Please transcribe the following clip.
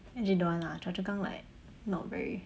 actually don't want lah chua-chu-kang like not very